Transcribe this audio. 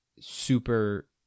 super